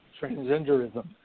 transgenderism